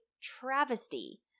travesty